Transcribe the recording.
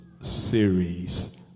series